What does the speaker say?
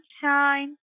sunshine